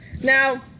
now